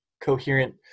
coherent